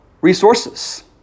resources